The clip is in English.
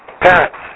Parents